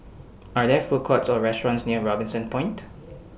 Are There Food Courts Or restaurants near Robinson Point